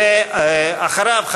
ואחריו,